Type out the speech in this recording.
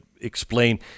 explain